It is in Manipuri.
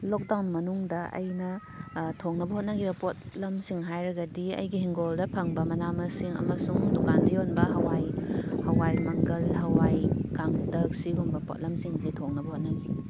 ꯂꯣꯛ ꯗꯥꯎꯟ ꯃꯅꯨꯡꯗ ꯑꯩꯅ ꯊꯣꯡꯅꯕ ꯍꯣꯠꯅꯈꯤꯕ ꯄꯣꯠꯂꯝꯁꯤꯡ ꯍꯥꯏꯔꯒꯗꯤ ꯑꯩꯒꯤ ꯍꯤꯡꯒꯣꯜꯗ ꯐꯪꯕ ꯃꯅꯥ ꯃꯁꯤꯡ ꯑꯃꯁꯨꯡ ꯗꯨꯀꯥꯟꯗ ꯌꯣꯟꯕ ꯍꯋꯥꯏ ꯍꯋꯥꯏ ꯃꯪꯒꯜ ꯍꯋꯥꯏ ꯀꯥꯡꯇꯛ ꯁꯤꯒꯨꯝꯕ ꯄꯣꯠꯂꯝꯁꯤꯡꯁꯦ ꯊꯣꯡꯅꯕ ꯍꯣꯠꯅꯈꯤ